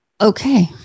Okay